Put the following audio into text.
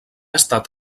estat